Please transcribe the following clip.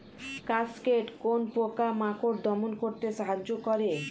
Cascade কোন পোকা মাকড় দমন করতে সাহায্য করে?